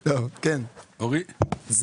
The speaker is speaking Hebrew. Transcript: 22' ו-21',